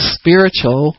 spiritual